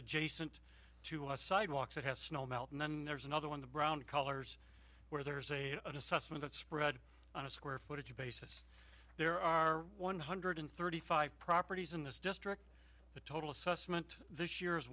adjacent to sidewalks that have snow melt and then there's another one the brown colors where there's a an assessment of spread on a square footage basis there are one hundred thirty five properties in this district the total assessment this year